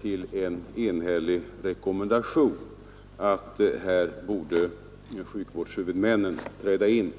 till en enhällig rekommendation att här borde sjukvårdshuvudmännen träda in.